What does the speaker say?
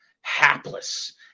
hapless